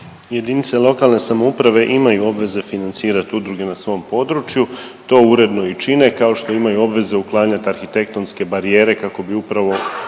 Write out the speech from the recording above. Jedinice lokalne samouprave imaju obveze financirati udruge na svom području, to uredno i čine, kao što imaju obvezu uklanjati arhitektonske barijere kako bi upravo